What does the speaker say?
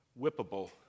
whippable